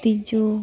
ᱛᱤᱡᱩ